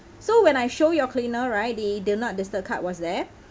so when I showed your cleaner right the the do not disturb card was there